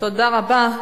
תודה רבה.